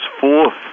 fourth